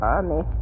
Army